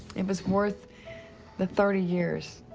it was worth the thirty years